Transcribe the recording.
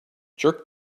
jerk